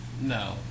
no